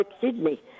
Sydney